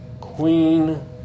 Queen